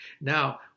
Now